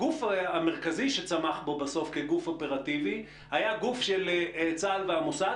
הגוף המרכזי שצמח בסוף כגוף אופרטיבי היה גוף של צה"ל והמוסד,